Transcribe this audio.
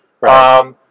Right